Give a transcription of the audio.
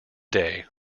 day